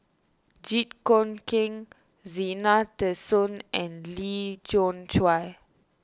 Jit Koon Ch'ng Zena Tessensohn and Lee Khoon Choy